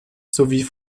sowie